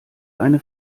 eine